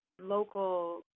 local